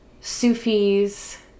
Sufis